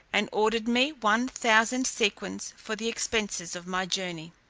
and ordered me one thousand sequins for the expences of my journey.